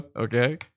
Okay